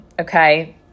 Okay